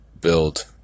build